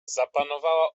zapanowała